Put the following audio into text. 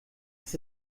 das